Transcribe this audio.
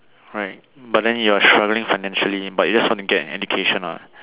right but then you're struggling financially but you just want to get any education lah